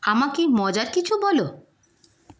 আমাকে মজার কিছু বলো